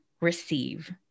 receive